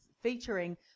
featuring